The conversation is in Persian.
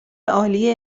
عالی